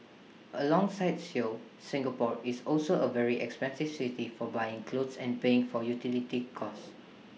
alongside Seoul Singapore is also A very expensive city for buying clothes and paying for utility costs